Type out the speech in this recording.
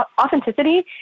authenticity